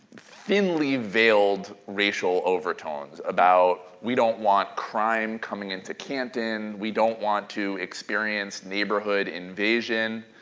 thinly veiled racial overtones about we don't want crime coming into canton, we don't want to experience neighborhood invasion.